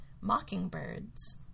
mockingbirds